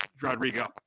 Rodrigo